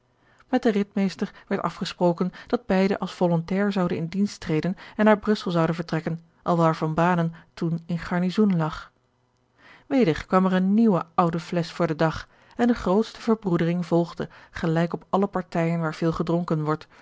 met den ridmeester werd afgesproken dat beide als volontair zouden in dienst treden en naar brussel zouden vertrekken alwaar van banen toen in garnizoen lag weder kwam er eene nieuwe oude flesch voor den dag en de grootste verbroedering volgde gelijk op alle partijen waar veel gedronken wordt